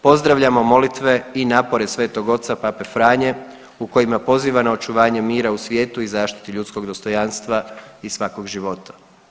Pozdravljamo molitve i napore Svetog Oca Pape Franje u kojima pozivam na očuvanje mira u svijetu i zaštiti ljudskog dostojanstva i svakog života.